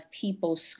people